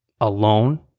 alone